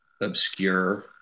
obscure